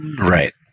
right